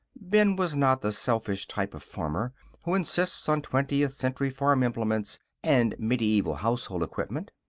ben was not the selfish type of farmer who insists on twentieth-century farm implements and medieval household equipment.